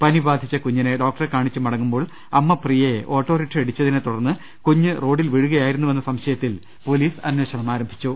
പനി ബാധിച്ച കുഞ്ഞിനെ ഡോക്ടറെ കാണിച്ച് മടങ്ങുമ്പോൾ അ മ്മ പ്രിയയെ ഓട്ടോറിക്ഷ ഇടിച്ചതിനെത്തുടർന്ന് കുഞ്ഞ് റോഡിൽ വീഴുകയായിരുന്നുവെന്ന സംശയത്തിൽ പൊലീസ് അന്വേഷണം തു ടങ്ങി